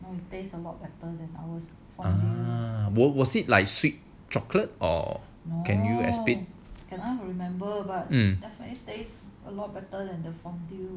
what was it like sweet chocolate or can you explain remember but um